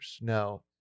Now